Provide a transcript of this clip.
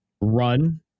run